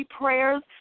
prayers